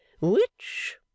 Which